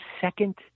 second